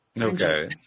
Okay